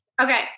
Okay